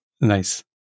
Nice